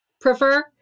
prefer